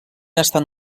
estan